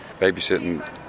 babysitting